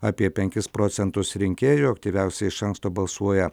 apie penkis procentus rinkėjų aktyviausiai iš anksto balsuoja